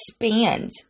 expand